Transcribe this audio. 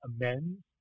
amends